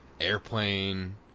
Airplane